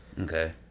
Okay